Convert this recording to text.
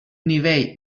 nivell